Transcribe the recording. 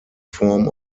form